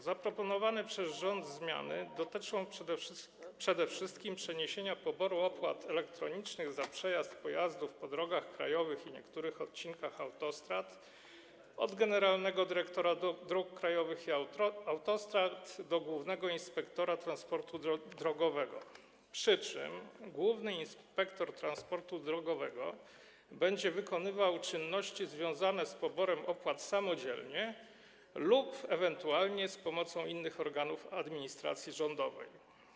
Zaproponowane przez rząd zmiany dotyczą przede wszystkim przeniesienia poboru opłat elektronicznych za przejazd pojazdów po drogach krajowych i niektórych odcinkach autostrad z zadań generalnego dyrektora dróg krajowych i autostrad do zadań głównego inspektora transportu drogowego, przy czym główny inspektor transportu drogowego będzie wykonywał czynności związane z poborem opłat samodzielnie lub ewentualnie z pomocą innych organów administracji rządowej.